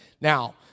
Now